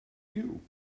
you